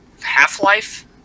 Half-Life